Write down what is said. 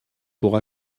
pour